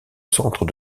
centre